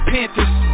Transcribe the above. Panthers